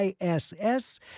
ISS